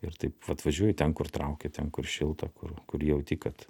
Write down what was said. ir taip vat važiuoji ten kur traukia ten kur šilta kur kur jauti kad